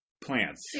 plants